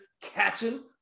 catching